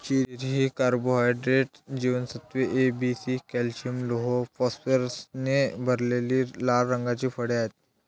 cherry ही carbohydrates, जीवनसत्त्वे A, B, C, calcium, लोह, फॉस्फरसने भरलेली लाल रंगाची फळे आहेत